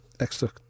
Extra